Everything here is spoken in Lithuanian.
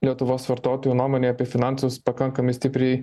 lietuvos vartotojų nuomonė apie finansus pakankamai stipriai